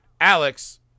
Alex